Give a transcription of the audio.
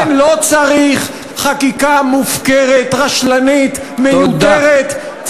לכן, לא צריך חקיקה מופקרת, רשלנית, מיותרת.